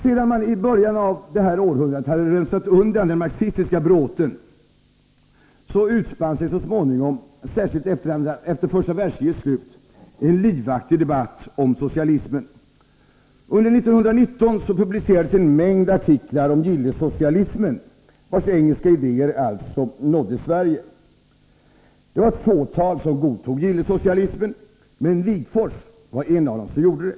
Sedan man i början av detta århundrade hade rensat bort den marxistiska bråten, utspann sig så småningom -— särskilt efter första världskrigets slut — en livaktig debatt om socialismen. Under år 1919 publicerades en mängd artiklar om gillesocialismen, vars engelska idéer alltså nådde Sverige. Det var ett fåtal som godtog gillesocialismen, men Wigforss var en av dem som gjorde det.